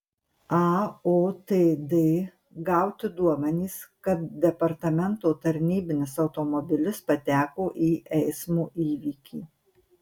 aotd gauti duomenys kad departamento tarnybinis automobilis pateko į eismo įvykį